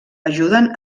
ajuden